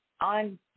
on